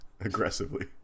aggressively